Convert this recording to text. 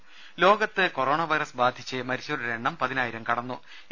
ദര ലോകത്ത് corona virus ബാധിച്ച് മരിച്ചവരുടെ എണ്ണം പതിനായിരം കടന്നും